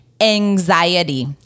anxiety